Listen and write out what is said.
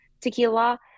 tequila